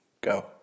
Go